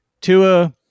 Tua